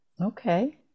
Okay